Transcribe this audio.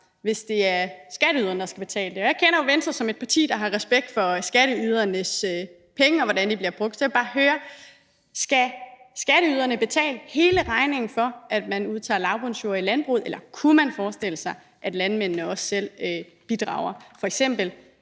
hvis det er skatteyderne, der skal betale det. Jeg kender jo Venstre som et parti, der har respekt for skatteydernes penge, og hvordan de bliver brugt, så jeg vil bare høre: Skal skatteyderne betale hele regningen for, at man udtager lavbundsjorder i landbruget, eller kunne man forestille sig, at landmændene også selv bidrager, f.eks. ved